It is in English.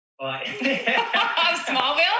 Smallville